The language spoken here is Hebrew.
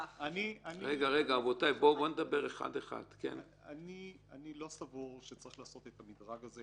לא סבור שצריך לעשות את המדרג הזה,